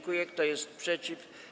Kto jest przeciw?